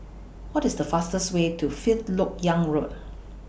What IS The fastest Way to Fifth Lok Yang Road